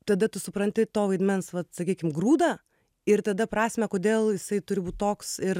tada tu supranti to vaidmens vat sakykim grūdą ir tada prasmę kodėl jisai turi būt toks ir